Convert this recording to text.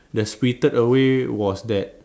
the spirited away was that